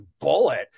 bullet